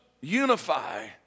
unify